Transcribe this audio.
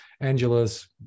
Angela's